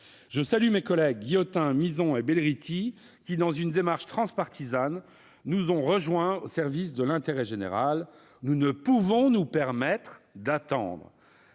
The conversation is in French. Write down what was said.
Je salue mes collègues Guillotin, Mizzon et Belrhiti, qui, dans une démarche transpartisane, nous ont rejoints au service de l'intérêt général. Nous ne pouvons pas nous permettre d'attendre